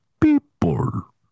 people